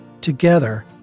Together